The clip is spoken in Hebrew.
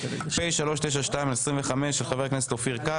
ברור.